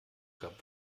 gab